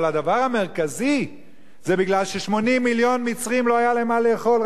אבל הדבר המרכזי הוא של-80 מיליון מצרים לא היה מה לאכול,